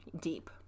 deep